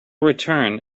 return